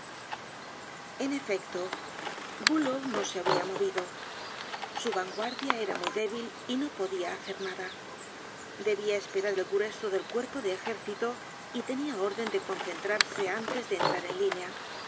en efecto bulow no se habia movido su vanguardia era muy débil y no podia hacer nada debia esperar el grueso del cuerpo de ejército y tenia orden de concentrarse antes de entrar en línea